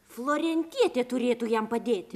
florentietė turėtų jam padėti